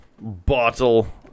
bottle